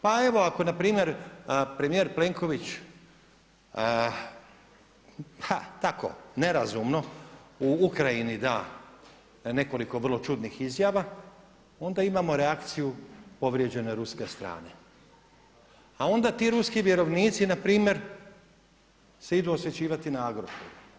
Pa evo ako npr. premijer Plenković, ha, tako, nerazumno, u Ukrajini da nekoliko vrlo čudnih izjava onda imamo reakciju povrijeđene ruske strane a onda ti ruski vjerovnici npr. se idu osvećivati na Agrokor.